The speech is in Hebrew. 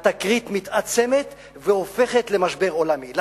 התקרית מתעצמת והופכת למשבר עולמי.